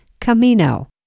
Camino